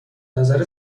نظر